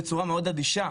בצורה מאוד אדישה.